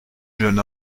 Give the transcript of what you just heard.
jeune